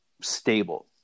stable